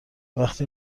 وقتی